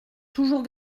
toujours